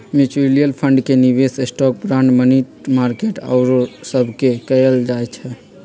mutual fund के निवेश stock, bond, money market आउरो सभमें कएल जाइ छइ